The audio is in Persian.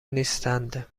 نیستند